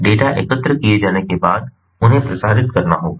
इसलिए डेटा एकत्र किए जाने के बाद उन्हें प्रसारित करना होगा